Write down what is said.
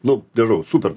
nu nežinau super